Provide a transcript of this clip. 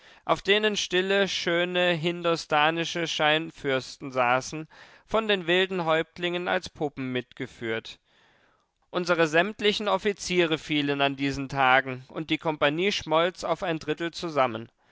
auf denen stille schöne hindostanische scheinfürsten saßen von den wilden häuptlingen als puppen mitgeführt unsere sämtlichen offiziere fielen an diesen tagen und die kompanie schmolz auf ein drittel zusammen